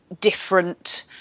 different